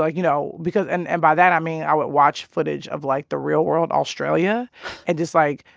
ah you know because and and by that, i mean i would watch footage of, like, the real world australia and just, like,